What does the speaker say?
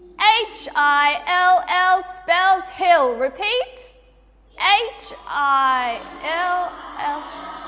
h i l l spells hill, repeat h i l l